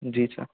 जी sir